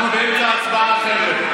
אנחנו באמצע הצבעה, חבר'ה.